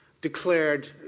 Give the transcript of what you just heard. declared